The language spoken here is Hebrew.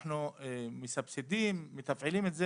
אנחנו מסבסדים, מתפעלים את זה